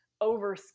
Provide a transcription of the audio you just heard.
over